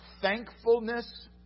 thankfulness